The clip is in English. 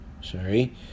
Sorry